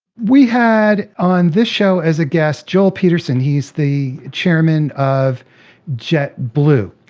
we had on this show, as a guest, joel peterson. he's the chairman of jetblue.